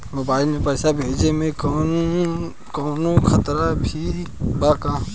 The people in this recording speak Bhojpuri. मोबाइल से पैसा भेजे मे कौनों खतरा भी बा का?